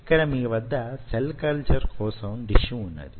ఇక్కడ మీ వద్ద సెల్ కల్చర్ కోసం డిష్ వున్నది